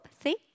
see